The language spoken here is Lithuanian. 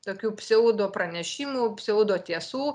tokių pseudopranešimų pseudotiesų